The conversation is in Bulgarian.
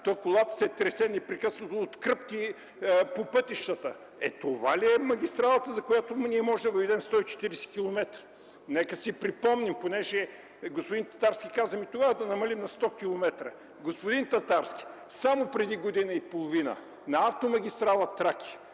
колата се тресе непрекъснато от кръпки по пътищата. Е, това ли е магистралата, за която можем да въведем 140 километра?! Нека си припомним – господин Татарски каза: „Тогава да намалим на 100 километра”. Господин Татарски, само преди година и половина на автомагистрала „Тракия”